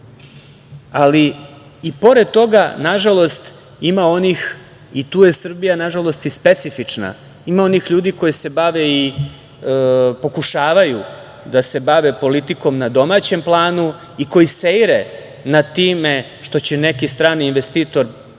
ali i pored toga nažalost ima onih i tu je Srbija, nažalost i specifična, ima onih ljudi koji se bave i pokušavaju da se bave politikom na domaćem planu i koji seire nad time što će neki strani investitor